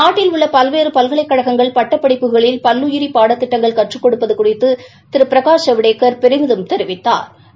நாட்டில் உள்ள பல்வேறு பல்கலைக்கழகங்கள் பட்டப் படிப்புகளில் பல்லுயிரி பாடத்திட்டங்கள் கற்று கொடுப்பது குறித்து திரு பிரகாஷ் ஜவடேக்கா் பெருமிதம் தெரிவித்தாா்